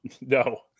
no